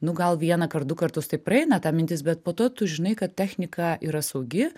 nu gal vienąkart du kartus tai praeina ta mintis bet po to tu žinai kad technika yra saugi